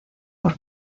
por